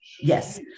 yes